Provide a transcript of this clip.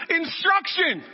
instruction